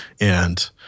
And-